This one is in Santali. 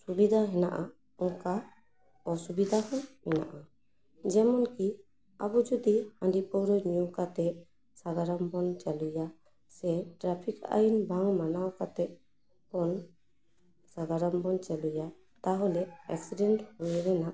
ᱥᱩᱵᱤᱫᱷᱟ ᱦᱮᱱᱟᱜᱼᱟ ᱚᱱᱠᱟ ᱚᱥᱩᱵᱫᱷᱟ ᱦᱚᱸ ᱢᱮᱱᱟᱜᱼᱟ ᱡᱮᱢᱚᱱ ᱠᱤ ᱟᱵᱚ ᱡᱩᱫᱤ ᱦᱟᱺᱰᱤ ᱯᱟᱹᱣᱨᱟᱹ ᱧᱩ ᱠᱟᱛᱮᱫ ᱥᱟᱜᱟᱲᱚᱢ ᱵᱚᱱ ᱪᱟᱹᱞᱩᱭᱟ ᱥᱮ ᱴᱨᱟᱯᱷᱤᱠ ᱟᱹᱭᱤᱱ ᱵᱟᱝ ᱢᱟᱱᱟᱣ ᱠᱟᱛᱮᱫ ᱵᱚᱱ ᱥᱟᱜᱟᱲᱚᱢ ᱵᱚᱱ ᱪᱟᱹᱞᱩᱭᱟ ᱛᱟᱦᱚᱞᱮ ᱮᱠᱥᱤᱰᱮᱱᱴ ᱦᱩᱭ ᱨᱮᱱᱟᱜ